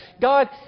God